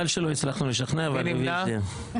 מי נמנע?